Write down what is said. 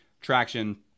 traction